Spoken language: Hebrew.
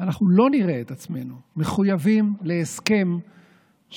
שאנחנו לא נראה את עצמנו מחויבים להסכם שמקדם